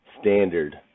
standard